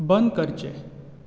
बंद करचें